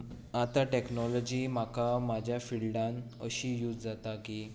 आतां टॅक्नोलोजी म्हाका म्हज्या फिल्डांत अशी यूझ जाता की